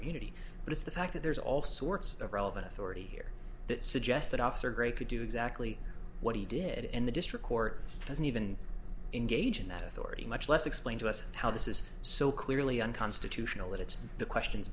immunity but it's the fact that there's all sorts of relevant authority here that suggests that officer gray could do exactly what he did in the district court doesn't even engage in that authority much less explain to us how this is so clearly unconstitutional that it's the question